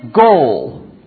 goal